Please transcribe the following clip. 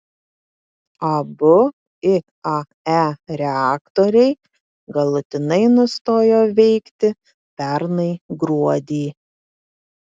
abu iae reaktoriai galutinai nustojo veikti pernai gruodį